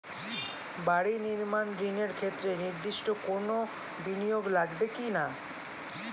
বাড়ি নির্মাণ ঋণের ক্ষেত্রে নির্দিষ্ট কোনো বিনিয়োগ লাগবে কি না?